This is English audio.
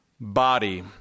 body